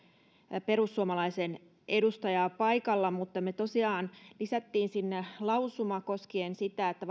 perussuomalaisten edustajaa paikalla mutta me tosiaan lisäsimme sinne lausuman koskien sitä että